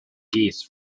geese